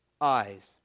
eyes